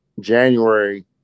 January